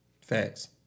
Facts